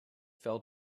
fell